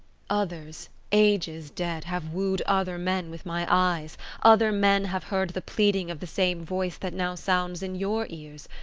others, ages dead, have wooed other men with my eyes other men have heard the pleading of the same voice that now sounds in your ears.